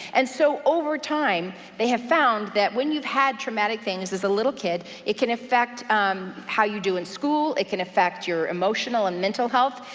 and so over time they have found that when you've had traumatic things as a little kid, it can affect how you do in school. it can affect your emotional and mental health.